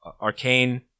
arcane